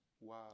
Wow